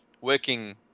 working